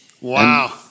Wow